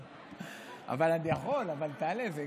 תעלה.